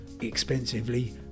expensively